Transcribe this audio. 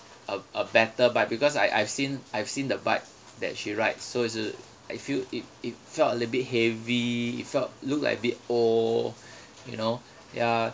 a a better bike because I I've seen I've seen the bike that she rides so it's uh I feel it it felt a little bit heavy felt look like a bit old you know ya